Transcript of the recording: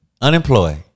unemployed